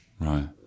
Right